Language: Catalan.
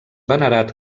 venerat